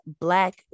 Black